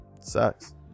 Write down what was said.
sucks